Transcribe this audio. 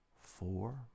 four